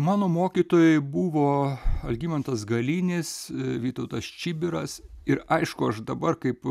mano mokytojai buvo algimantas galinis vytautas čibiras ir aišku aš dabar kaip